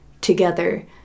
together